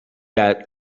that